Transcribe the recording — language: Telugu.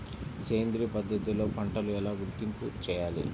సేంద్రియ పద్ధతిలో పంటలు ఎలా గుర్తింపు చేయాలి?